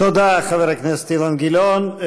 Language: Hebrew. תודה, חבר הכנסת אילן גילאון.